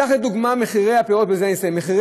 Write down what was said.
קח כדוגמה את מחירי הפירות והירקות,